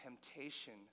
temptation